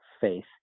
faith